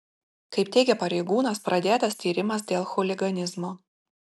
kaip teigia pareigūnas pradėtas tyrimas dėl chuliganizmo